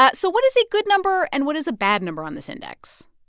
ah so what is a good number, and what is a bad number on this index?